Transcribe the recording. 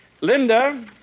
Linda